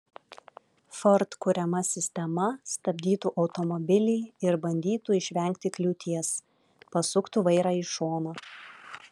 ford kuriama sistema stabdytų automobilį ir bandytų išvengti kliūties pasuktų vairą į šoną